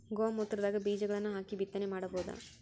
ಗೋ ಮೂತ್ರದಾಗ ಬೀಜಗಳನ್ನು ಹಾಕಿ ಬಿತ್ತನೆ ಮಾಡಬೋದ?